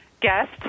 guest